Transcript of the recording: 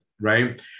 right